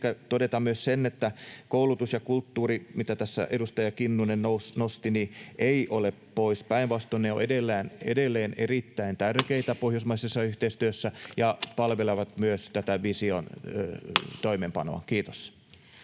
todeta myös sen, että koulutus ja kulttuuri, mitkä tässä edustaja Kinnunen nosti, eivät ole pois. Päinvastoin ne ovat edelleen erittäin tärkeitä pohjoismaisessa yhteistyössä ja palvelevat myös tätä vision toimeenpanoa. — Kiitos.